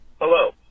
hello